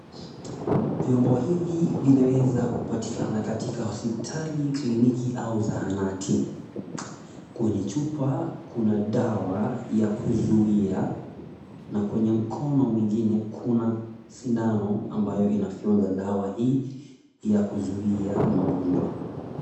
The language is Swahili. Vyombo hivi vinaweza kupatikana katika hospitali, kliniki au zahanati. Kwenye chupa kuna dawa ya kuzuia na kwenye mkono mwingine kuna sindano ambayo inafyonza dawa hii ya kuzuia magonjwa.